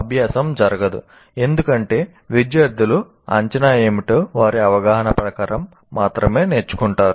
అభ్యాసం జరగదు ఎందుకంటే విద్యార్థులు అంచనా ఏమిటో వారి అవగాహన ప్రకారం మాత్రమే నేర్చుకుంటారు